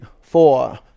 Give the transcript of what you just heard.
four